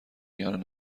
میان